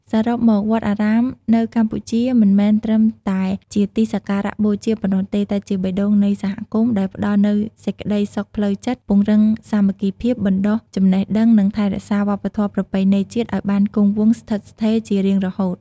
សរុបមក វត្តអារាមនៅកម្ពុជាមិនមែនត្រឹមតែជាទីសក្ការបូជាប៉ុណ្ណោះទេ តែជា បេះដូងនៃសហគមន៍ ដែលផ្ដល់នូវសេចក្តីសុខផ្លូវចិត្ត ពង្រឹងសាមគ្គីភាព បណ្ដុះចំណេះដឹង និងថែរក្សាវប្បធម៌ប្រពៃណីជាតិឲ្យបានគង់វង្សស្ថិតស្ថេរជារៀងរហូត។